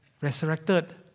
resurrected